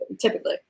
typically